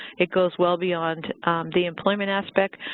it goes well beyond the employment aspect,